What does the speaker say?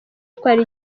twari